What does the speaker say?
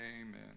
Amen